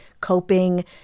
coping